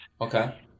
Okay